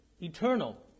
eternal